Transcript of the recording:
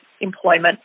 employment